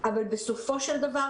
אבל בסופו של דבר,